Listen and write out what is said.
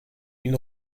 une